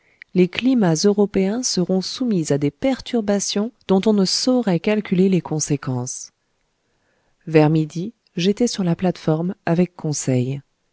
les climats européens seront soumis à des perturbations dont on ne saurait calculer les conséquences vers midi j'étais sur la plate-forme avec conseil